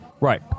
Right